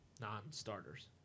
non-starters